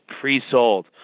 pre-sold